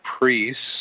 priests